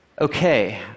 Okay